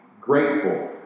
grateful